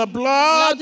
blood